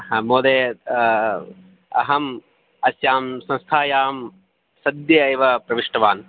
ह महोदय अहम् अस्यां संस्थायां सद्य एव प्रविष्टवान्